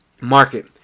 Market